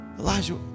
Elijah